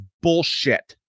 bullshit